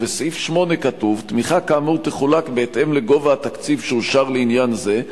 ובסעיף 8 כתוב: תמיכה כאמור תחולק בהתאם לגובה התקציב שאושר לעניין זה.